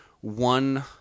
one